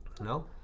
No